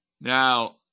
Now